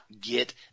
get